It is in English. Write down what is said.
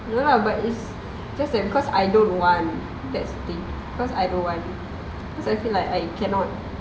no lah but is just that because I don't want that's the thing cause I don't want cause I feel like I cannot